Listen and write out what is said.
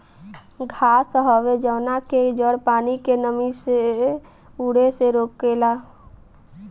घास हवे जवना के जड़ पानी के नमी के उड़े से रोकेला